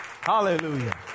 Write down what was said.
Hallelujah